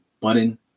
button